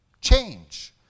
change